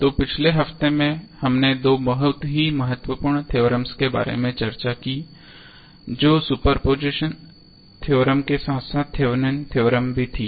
तो पिछले हफ्ते में हमने दो बहुत ही महत्वपूर्ण थेओरेम्स के बारे में चर्चा की जो सुपरपोजिशन थ्योरम के साथ साथ थेवेनिन थ्योरम Thevenins theorem भी थी